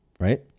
Right